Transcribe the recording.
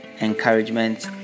encouragement